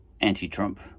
anti-Trump